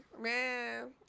Man